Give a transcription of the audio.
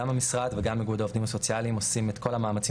גם המשרד וגם איגוד העובדים הסוציאליים עושים את כל המאמצים